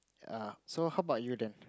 uh so how about you then